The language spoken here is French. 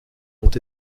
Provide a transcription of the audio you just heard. ont